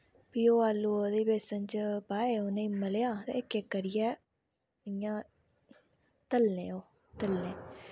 फ्ही ओह् आलू ओह्दे बेसन च पाऐ उने मलेआ ते इक इक करियै इ'यां तलना ओह् तलने